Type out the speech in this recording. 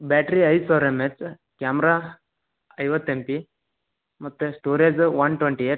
battery ಐದು ಸಾವಿರ M H camera ಐವತ್ತು ಎಮ್ ಪಿ ಮತ್ತೆ ಸ್ಟೋರೇಜ್ ಒನ್ ಟ್ವೆಂಟಿ ಏಯ್ಟ್